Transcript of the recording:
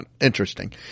interesting